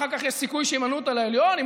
אחר כך יש סיכוי שימנו אותו לעליון אם